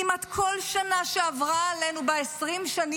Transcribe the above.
כמעט כל שנה שעברה עלינו ב-20 השנים